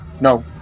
No